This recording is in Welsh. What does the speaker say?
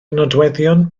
nodweddion